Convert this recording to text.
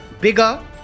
bigger